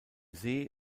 see